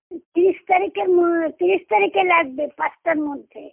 তিরিশ তারিখের ম তিরিশ তারিখে লাগবে পাঁচটার মধ্যে